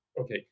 Okay